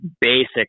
basic